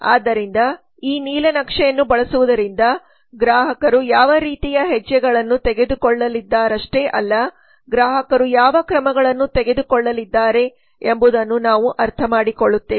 ಆದ್ದರಿಂದ ಈ ನೀಲನಕ್ಷೆಯನ್ನು ಬಳಸುವುದರಿಂದ ಗ್ರಾಹಕರು ಯಾವ ರೀತಿಯ ಹೆಜ್ಜೆಗಳನ್ನು ತೆಗೆದುಕೊಳ್ಳಲಿದ್ದಾರಷ್ಟೇ ಅಲ್ಲ ಗ್ರಾಹಕರು ಯಾವ ಕ್ರಮಗಳನ್ನು ತೆಗೆದುಕೊಳ್ಳಲಿದ್ದಾರೆ ಎಂಬುದನ್ನು ನಾವು ಅರ್ಥಮಾಡಿಕೊಳ್ಳುತ್ತೇವೆ